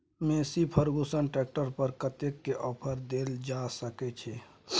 Massey Ferguson tractor पर कतेक के ऑफर देल जा सकै छै?